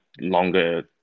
longer